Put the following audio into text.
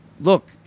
look